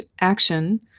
action